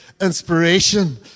inspiration